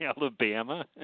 Alabama